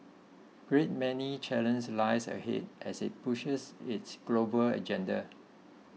great many challenges lie ahead as it pushes its global agenda